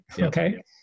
okay